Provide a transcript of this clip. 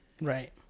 Right